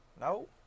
No